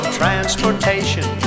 transportation